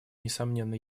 несомненно